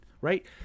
Right